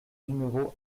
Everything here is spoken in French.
numéro